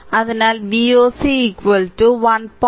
അതിനാൽ Voc 1